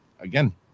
again